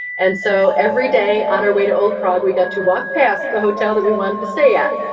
and so every day on our way to old prague, we got to walk past the hotel that we wanted to stay at,